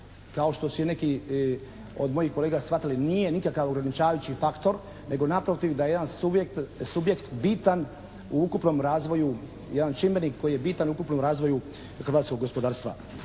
kao što su neki od mojih kolega shvatili nije nikakav ograničavajući faktor, nego naprotiv da je jedan subjekt bitan u ukupnom razvoju, jedan čimbenik koji je bitan u ukupnom razvoju hrvatskog gospodarstva.